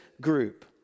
group